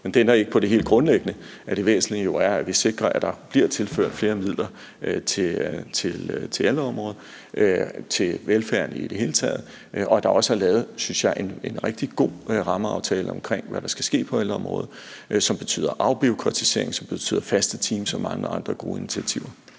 Men det ændrer ikke på det helt grundlæggende, at det væsentlige jo er, at vi sikrer, at der bliver tilført flere midler til ældreområdet, til velfærden i det hele taget, og at der også er lavet, synes jeg, en rigtig god rammeaftale omkring, hvad der skal ske på ældreområdet, som betyder afbureaukratisering, som betyder faste teams og mange andre gode initiativer.